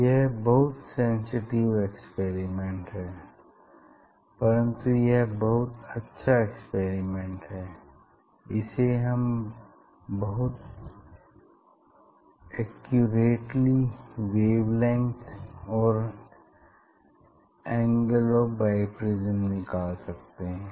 यह बहुत sensitive experiment है परन्तु यह बहुत अच्छा एक्सपेरिमेंट है इसे हम बहुत एक्यूरेटली वेवलेंग्थ और एंगल ऑफ़ बाइप्रिज्म निकाल सकते हैं